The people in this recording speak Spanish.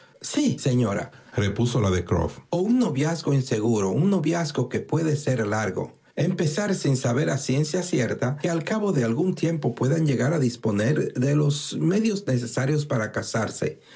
sí señorarepuso la de croft o un noviazgo inseguro un noviazgo que puede ser largo empezar sin saber a ciencia cierta que al cabo de algún tiempo puedan llegar a disponer de los medios necesarios para casarse